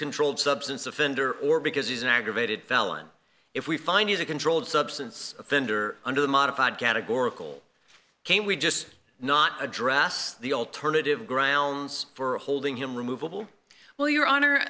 controlled substance offender or because he's an aggravated felon if we find he's a controlled substance offender under the modified categorical can we just not address the alternative grounds for holding him removable well your hon